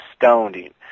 astounding